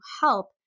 help